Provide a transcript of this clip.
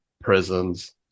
prisons